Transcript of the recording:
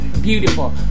beautiful